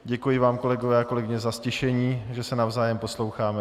Děkuji vám, kolegyně a kolegové, za ztišení, že se navzájem posloucháme.